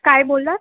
काय बोललात